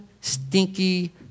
stinky